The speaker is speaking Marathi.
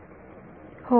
विद्यार्थी हो